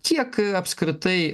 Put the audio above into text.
kiek apskritai